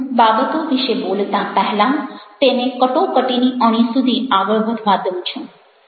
હું બાબતો વિશે બોલતાં પહેલાં તેને કટોકટીની અણી સુધી આગળ વધવા દઉં છું